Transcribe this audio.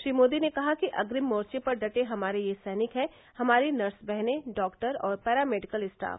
श्री मोदी ने कहा कि अग्रिम मोर्चे पर डटे हमारे ये सैनिक हैं हमारी नर्स बहनें डाक्टर और पैरा मेडिकल स्टॉफ